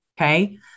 okay